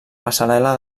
passarel·la